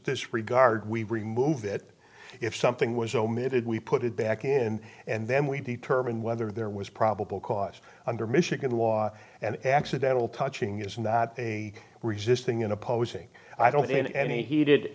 disregard we remove it if something was omitted we put it back in and then we determine whether there was probable cause under michigan law and accidental touching is not a resisting an opposing i don't in any heated